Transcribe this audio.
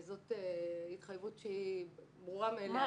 זאת התחייבות שהיא ברורה מאליה.